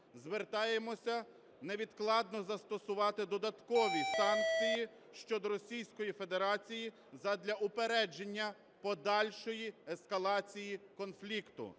Звертаємося невідкладно застосувати додаткові санкції щодо Російської Федерації задля упередження подальшої ескалації конфлікту.